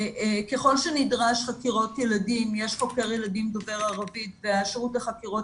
ככל שנדרש בחקירות ילדים יש חוקר ילדים דובר ערבית והשירות לחקירות